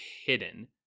hidden